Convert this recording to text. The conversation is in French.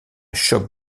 choc